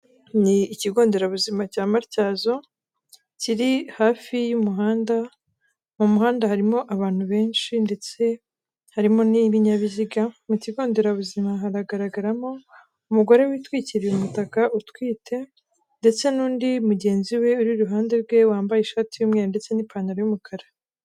Ni ikigo nderabuzima cya Matyazo kiri hafi y'umuhanda, mu muhanda harimo abantu benshi ndetse harimo n'ibinyabiziga, mu kigo nderabuzima haragaragaramo umugore witwikiriye umutaka, utwite, ndetse n'undi mugenzi we uri iruhande rwe wambaye ishati y'umweru ndetse n'ipantaro y'umukara.